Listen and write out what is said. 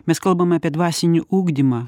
mes kalbam apie dvasinį ugdymą